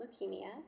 leukemia